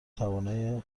توانایی